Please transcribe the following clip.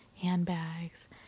handbags